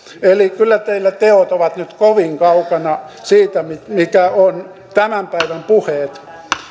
eli kyllä teillä teot ovat nyt kovin kaukana siitä mitä ovat tämän päivän puheet